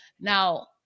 Now